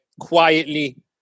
quietly